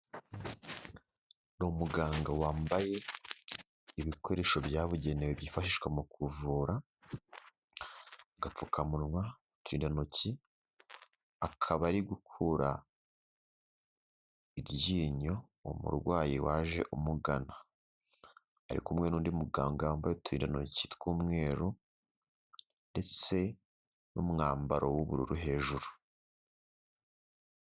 Ni umuganga wambaye ibikoresho byabugenewe byifashishwa mu kuvura, agapfukamunwa, uturindantoki, akaba ari gukura iryinyo umurwayi waje umugana, ari kumwe n'undi muganga wambaye uturindantoki tw'umweru ndetse n'umwambaro w'ubururu hejuru.